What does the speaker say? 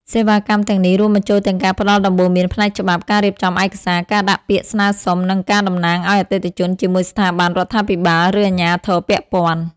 សេវាកម្មទាំងនេះរួមបញ្ចូលទាំងការផ្តល់ដំបូន្មានផ្នែកច្បាប់ ការរៀបចំឯកសារ ការដាក់ពាក្យស្នើសុំ និងការតំណាងឱ្យអតិថិជនជាមួយស្ថាប័នរដ្ឋាភិបាល ឬអាជ្ញាធរពាក់ព័ន្ធ។